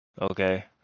okay